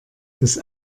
das